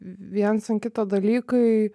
viens ant kito dalykai